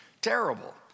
terrible